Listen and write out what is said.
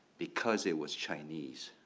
because it was chinese.